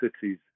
cities